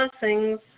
blessings